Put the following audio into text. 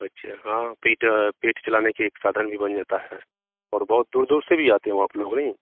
अच्छा हाँ पेट पेट चलाने का साधन भी बन जाता है और बहुत दूर दूर से भी आते हैं वहाँ पर लोग नहीं